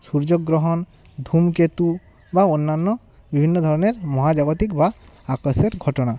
সূর্যগ্রহণ ধূমকেতু বা অন্যান্য বিভিন্ন ধরনের মহাজাগতিক বা আকাশের ঘটনা